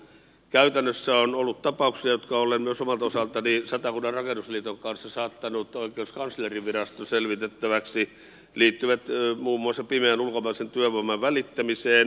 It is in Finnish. käytännössä on ollut tapauksia jotka olen myös omalta osaltani rakennusliiton satakunnan aluejärjestön kanssa saattanut oikeuskanslerinviraston selvitettäväksi jotka liittyvät muun muassa pimeän ulkomaisen työvoiman välittämiseen